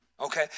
Okay